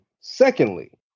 Secondly